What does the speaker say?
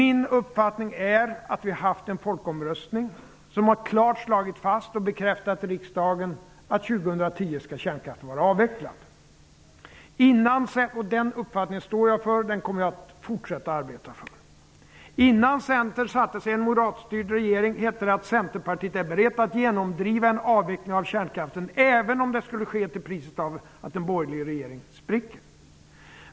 Min uppfattning är att folkomröstningen klart har slagit fast och riksdagen bekräftat att kärnkraften skall vara avvecklad år 2010. Den uppfattningen står jag för, och den kommer jag att fortsätta att arbeta för. Innan Centern satte sig i en moderatstyrd regering hette det att Centerpartiet var berett att genomdriva en avveckling av kärnkraften, även om det skulle ske till priset av att en borgerlig regering spricker.